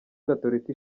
gatorika